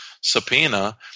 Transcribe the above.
subpoena